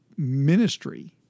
Ministry